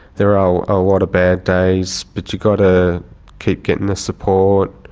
there are a lot of bad days but you've got to keep getting the support,